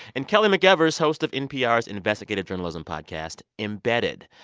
and kelly mcevers, host of npr's investigative journalism podcast embedded.